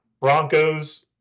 Broncos